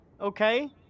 okay